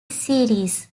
series